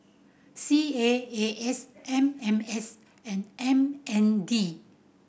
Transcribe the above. C A A S M M S and M N D